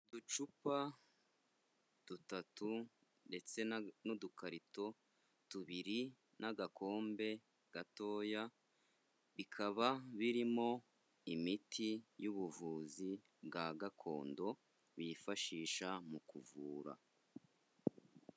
Uducupa dutatu ndetse n'udukarito tubiri n'agakombe gatoya, bikaba birimo imiti y'ubuvuzi bwa gakondo bifashisha mu kuvura.